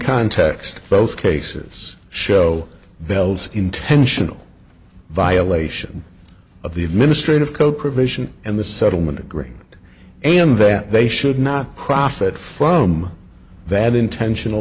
context both cases show bell's intentional violation of the administrative code provision and the settlement agreement and that they should not profit from that intentional